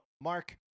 Mark